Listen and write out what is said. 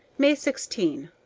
may sixteen.